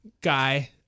guy